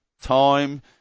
time